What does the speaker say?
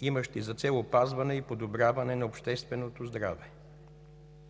имащи за цел опазване и подобряване на общественото здраве.